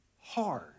hard